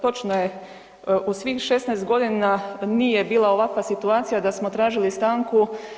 Točno je, u svih 16.g. nije bila ovakva situacija da smo tražili stanku.